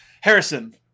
Harrison